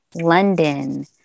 London